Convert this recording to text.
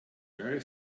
very